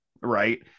right